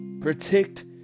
Protect